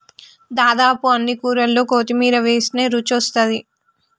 దాదాపు అన్ని కూరల్లో కొత్తిమీర వేస్టనే రుచొస్తాది